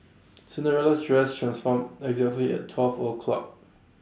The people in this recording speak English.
Cinderella's dress transformed exactly at twelve o'clock